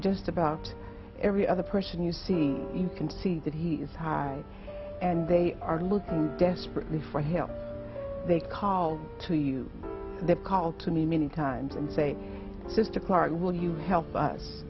just about every other person you see you can see that he is high and they are looking desperately for help they call to you the call to mean time and say this to clark will you help us